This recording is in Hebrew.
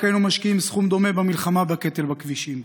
היינו משקיעים סכום דומה במלחמה בקטל בכבישים.